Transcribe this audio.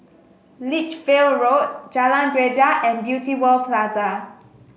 Lichfield Road Jalan Greja and Beauty World Plaza